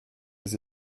les